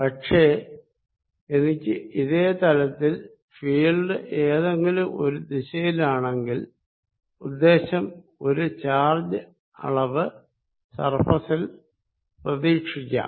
പക്ഷെ എനിക്ക് ഇതേ തലത്തിൽ ഫീൽഡ് ഏതെങ്കിലും ഒരു ദിശയിൽ ആണെന്കിൽ ഒരു ഉദ്ദേശം ചാർജ് അളവ് സർഫേസിൽ പ്രതീക്ഷിക്കാം